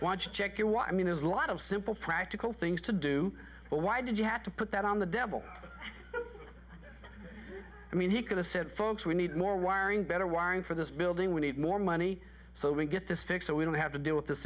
what i mean there's a lot of simple practical things to do but why did you have to put that on the devil i mean he could have said folks we need more wiring better wiring for this building we need more money so we get this fixed so we don't have to deal with this